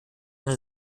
eine